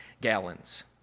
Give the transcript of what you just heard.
gallons